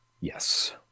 Yes